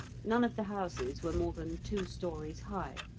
none of the houses were more than two storeys high,